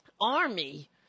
army